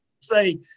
say